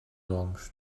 olmuştu